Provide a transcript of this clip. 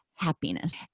Happiness